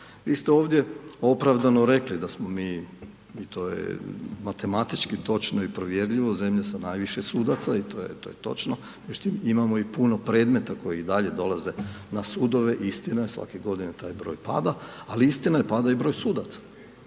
Vi ste ovdje opravdano rekli da smo mi i to je matematički točno i provjerljivo zemlja sa najviše sudaca i to je točno, međutim imamo i puno predmeta koji i dalje dolaze na sudove, istina, svake godine taj broj pada, ali istina je pada i broj sudaca.